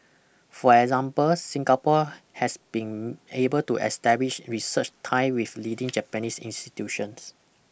for example Singapore has been able to establish research tie with leading Japanese institutions